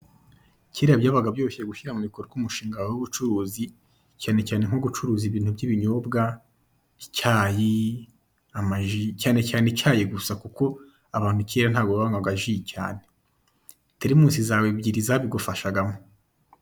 Kera byabaga byoroshye gushyira mu bikorwa umushinga w'ubucuruzi, cyane cyane nko gucuruza ibintu by'ibinyobwa, icyayi, amaji, cyane cyane icyayi gusa kuko abantu kera ntabwo banywaga ji cyane, teremusi zawe ebyiri zabigufashagamo.